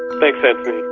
thanks and